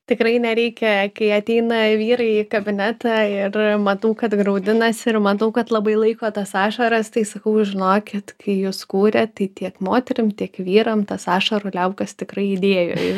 tikrai nereikia kai ateina vyrai į kabinetą ir matau kad graudinasi ir matau kad labai laiko tas ašaras tai sakau žinokit kad kai juos kūrė tai tiek moterim tiek vyram tas ašarų liaukas tikrai įdėjo ir